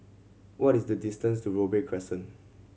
what is the distance to Robey Crescent